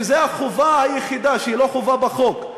שזו החובה היחידה שהיא לא חובה בחוק,